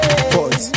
Boys